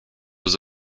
was